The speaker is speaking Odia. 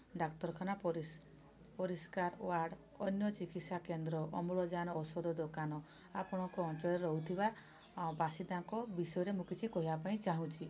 ଡ଼ାକ୍ତରଖାନା ପରିଷ୍କାର ୱାର୍ଡ଼ ଅନ୍ୟ ଚିକିତ୍ସା କେନ୍ଦ୍ର ଅମ୍ଳଜାନ ଔଷଧ ଦୋକାନ ଆପଣଙ୍କ ଅଞ୍ଚଳରେ ରହୁଥିବା ବାସିନ୍ଦାଙ୍କ ବିଷୟରେ ମୁଁ କିଛି କହିବା ପାଇଁ ଚାହୁଁଛି